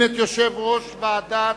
בעד,